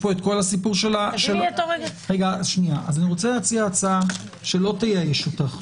אני רוצה להציע הצעה שלא תייאש אותך.